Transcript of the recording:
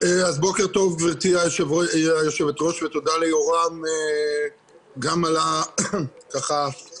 בוקר טוב גבירתי היושבת-ראש ותודה ליורם גם על ההקדמה.